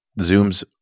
Zoom's